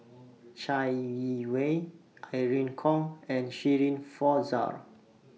Chai Yee Wei Irene Khong and Shirin Fozdar